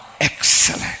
excellent